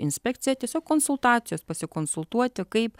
inspekciją tiesiog konsultacijos pasikonsultuoti kaip